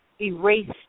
erase